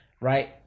right